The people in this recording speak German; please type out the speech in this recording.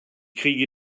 kriege